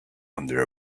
under